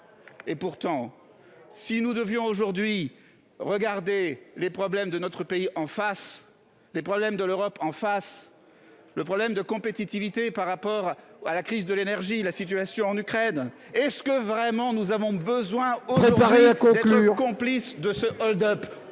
Et pourtant si nous devions aujourd'hui, regardez les problèmes de notre pays en face les problèmes de l'Europe en face. Le problème de compétitivité par rapport à la crise de l'énergie. La situation en Ukraine. Est-ce que vraiment nous avons besoin réparer a conclu complice de ce hold-up